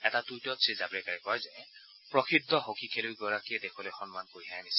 এটা টুইটত শ্ৰীজাৱড়েকাৰে কয় যে প্ৰসিদ্ধ হকী খেলুৱৈগৰাকীয়ে দেশলৈ সন্মান কঢ়িয়াই আনিছিল